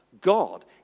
God